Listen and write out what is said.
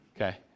okay